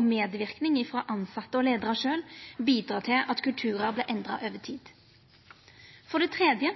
og medverknad frå tilsette og leiarane sjølve, bidra til at kulturar vert endra over tid. For det tredje